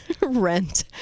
rent